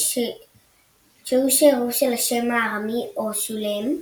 שהוא שערוב של השם הארמי "אורשלם",